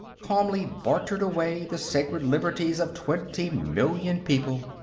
calmly bartered away the sacred liberties of twenty million people.